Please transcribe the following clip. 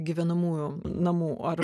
gyvenamųjų namų ar